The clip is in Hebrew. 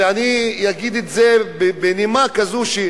ואני אגיד את זה בנימה כזאת,